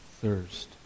thirst